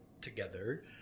together